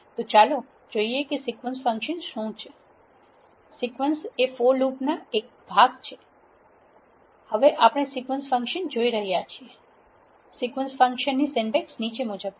તો ચાલો જોઈએ કે સિક્વન્સ ફંક્શન શું છે સિક્વેન્સ એ ફોર લૂપના એક ભાગ છે તે જ કારણ છે કે હવે આપણે સીક્વન્સ ફંક્શન જોઈ રહ્યા છીએ સિક્વેન્સ ફંક્શન ની સિન્ટેક્સ નીચે મુજબ છે